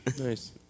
Nice